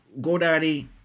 godaddy